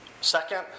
Second